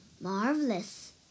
Marvelous